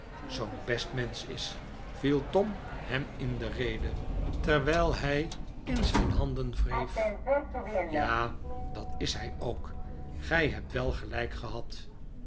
zoo'n best mensch is viel tom hem in de rede terwijl hij in zijn handen wreef ja dat is hij ook gij hebt wel gelijk gehad